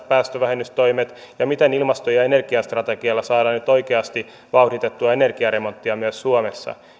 päästövähennystoimet ja miten ilmasto ja energiastrategialla saadaan nyt oikeasti vauhditettua energiaremonttia myös suomessa